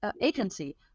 agency